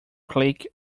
click